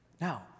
Now